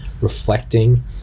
reflecting